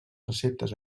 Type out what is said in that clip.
receptes